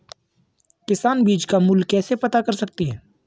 किसान बीज का मूल्य कैसे पता कर सकते हैं?